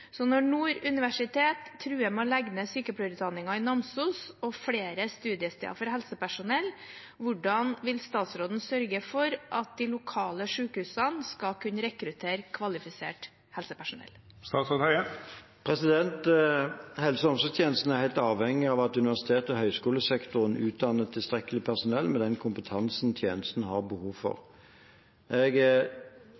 Så når Nord universitet truer med å legge ned sykepleierutdanningen i Namsos og flere studiesteder for helsepersonell, hvordan vil statsråden sørge for at de lokale sykehusene skal kunne rekruttere kvalifisert helsepersonell?» Helse- og omsorgstjenesten er helt avhengig av at universitets- og høyskolesektoren utdanner tilstrekkelig personell med den kompetansen tjenesten har behov for.